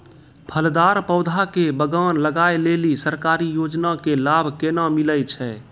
फलदार पौधा के बगान लगाय लेली सरकारी योजना के लाभ केना मिलै छै?